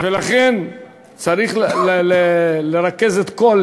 לכן, צריך לרכז את כל